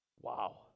Wow